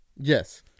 Yes